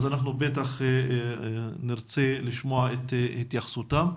ובוודאי נרצה לשמוע התייחסותם.